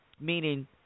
meaning